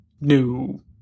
new